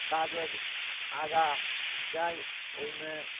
कागज आगाँ जाय ओहिमे